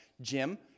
Jim